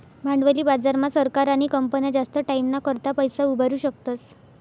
भांडवली बाजार मा सरकार आणि कंपन्या जास्त टाईमना करता पैसा उभारु शकतस